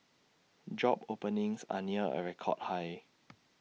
job openings are near A record high